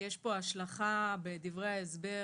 יש פה השלכה בדברי ההסבר